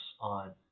on